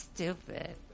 stupid